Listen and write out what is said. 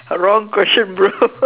wrong question bro